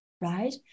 right